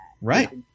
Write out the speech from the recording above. Right